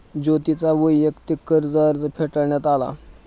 ज्योतीचा वैयक्तिक कर्ज अर्ज फेटाळण्यात आला